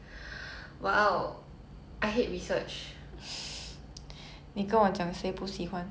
I know some people who are very invested and they can spend like weeks researching on the things they need